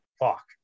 Fuck